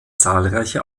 zahlreiche